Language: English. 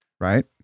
right